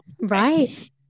Right